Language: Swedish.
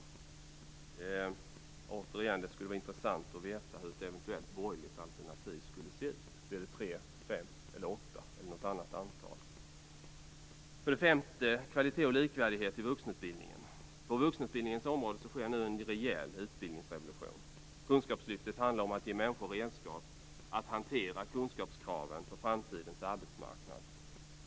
Det skulle återigen vara intressant att veta hur ett eventuellt borgerligt alternativ skulle se ut. Blir det tre, fem, åtta eller något annat antal? För det femte gäller det kvalitet och likvärdighet i vuxenutbildningen. På vuxenutbildningens område sker nu en rejäl utbildningsrevolution. Kunskapslyftet hamnar om att ge människor redskap att hantera kunskapskraven på framtidens arbetsmarknad.